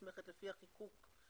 בסופו של דבר תוביל לזה.